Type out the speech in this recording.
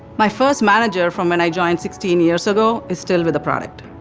my first manager from when i joined sixteen years ago is still with the product.